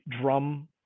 drum